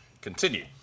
continue